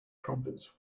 trumpets